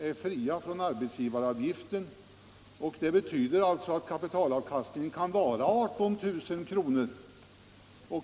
är fria från arbetsgivaravgifter och att kapitalavkastningen alltså kan vara 18 000 kr.